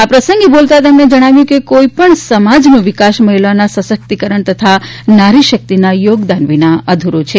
આ પ્રસંગે બોલતા તેમણે જણાવ્યું છે કે કોઈપણ સમાજનો વિકાસ મફિલાઓના સશક્તિકરણ તથા નારીશક્તિના યોગદાન વિના અધૂરો છે